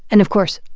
and, of course,